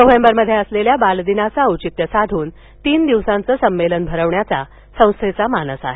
November मध्ये असलेल्या बालदिनाचं औचित्य साधून तीन दिवसांचं संमेलन भरविण्याचा संस्थेचा मानस आहे